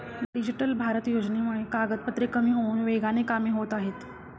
digital Bharat योजनेमुळे कागदपत्रे कमी होऊन वेगाने कामे होत आहेत